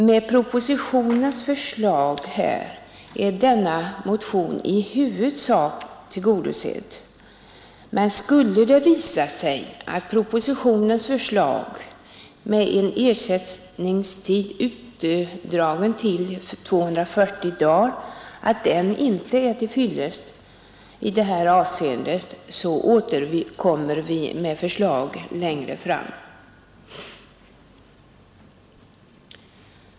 Med propositionens förslag är denna motion i huvudsak tillgodosedd. Skulle det visa sig att propositionens förslag med en ersättningstid utdragen till 240 dagar inte är till fyllest i detta avseende, återkommer vi med förslag längre fram.